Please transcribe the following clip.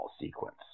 sequence